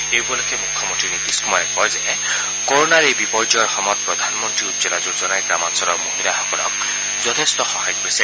এই উপলক্ষে মুখ্যমন্তী নিতীশ কুমাৰে কয় যে কৰণাৰ এই বিপৰ্যয়ৰ সময়ত প্ৰধানমন্তী উজ্বলা যোজনাই গ্ৰামাঞলৰ মহিলাসকলক যথেষ্ট সহায় কৰিছে